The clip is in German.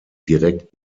direkt